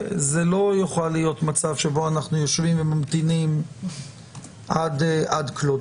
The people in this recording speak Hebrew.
זה לא יוכל להיות מצב שבו אנחנו יושבים וממתינים עד כלות.